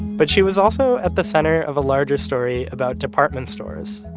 but she was also at the center of a larger story about department stores,